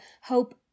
hope